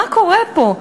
מה קורה פה?